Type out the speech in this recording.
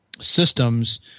systems